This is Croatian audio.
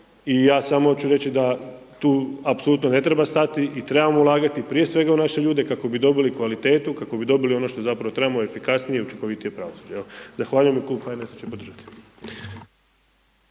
i ja samo hoću reći da tu apsolutno ne treba stati i trebamo ulagati, prije svega u naše ljude kako bi dobili kvalitetu, kako bi dobili ono što zapravo trebamo, efikasnije i učinkovitije pravosuđe. Evo zahvaljujem i klub HNS-a će podržati.